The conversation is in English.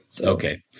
Okay